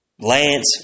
Lance